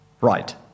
right